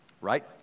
Right